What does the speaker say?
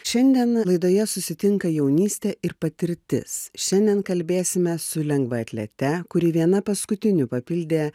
šiandien laidoje susitinka jaunystė ir patirtis šiandien kalbėsime su lengvaatlete kuri viena paskutinių papildė